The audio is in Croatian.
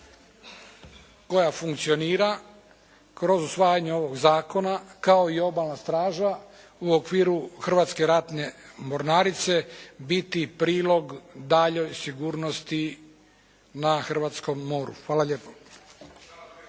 koja funkcionira kroz usvajanje ovog zakona kao i Obalna straža u okviru Hrvatske ratne mornarice biti prilog daljnjoj sigurnosti na hrvatskom moru. Hvala lijepo.